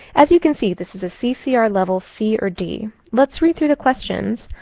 as you can see, this is a ccr level c or d. let's read through the questions.